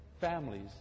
Families